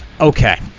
Okay